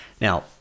Now